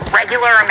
regular